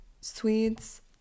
Swedes